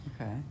Okay